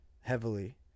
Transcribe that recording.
heavily